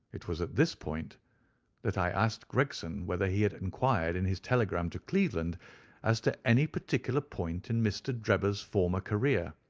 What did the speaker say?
it was at this point that i asked gregson whether he had enquired in his telegram to cleveland as to any particular point in mr. drebber's former career.